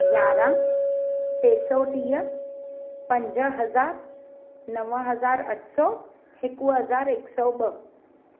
यारहां टे सौ टीह पंज हज़ार नव हज़ार अठ सौ हिक हज़ार हिक सौ ॿ